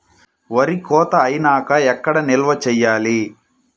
వరి కోత అయినాక ఎక్కడ నిల్వ చేయాలి?